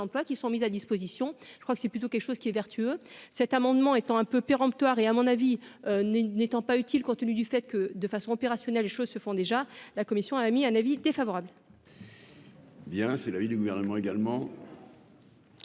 qui sont mises à disposition, je crois que c'est plutôt quelque chose qui est vertueux cet amendement étant un peu péremptoire et à mon avis n'est n'étant pas utile, compte tenu du fait que, de façon opérationnelle choses se font déjà, la commission a émis un avis défavorable. Eh bien, c'est l'avis du gouvernement également.